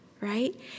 right